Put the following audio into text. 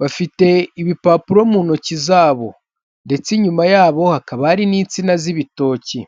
bafite ibipapuro mu ntoki zabo ndetse inyuma yabo hakaba hari n'insina z'ibitoki.